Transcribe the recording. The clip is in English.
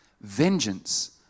vengeance